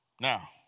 Now